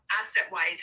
asset-wise